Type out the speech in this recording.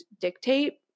dictate